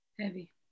Heavy